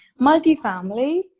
multifamily